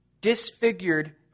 disfigured